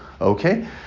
okay